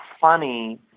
funny